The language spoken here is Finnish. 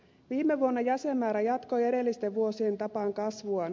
viime vuonna jäsenmäärä jatkoi edellisten vuosien tapaan kasvuaan